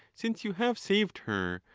since you have saved her,